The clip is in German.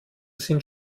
sind